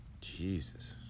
Jesus